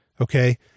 Okay